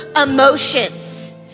emotions